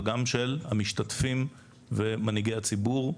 וגם של המשתתפים ומנהיגי הציבור.